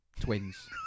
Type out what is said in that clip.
twins